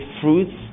fruits